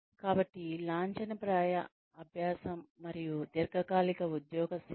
కాబట్టి లాంఛనప్రాయ అభ్యాసం మరియు దీర్ఘకాలిక ఉద్యోగ శిక్షణ